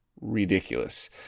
ridiculous